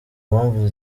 mpamvu